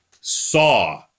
saw